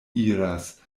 iras